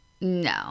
No